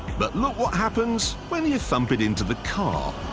but look what happens when you thump it into the car.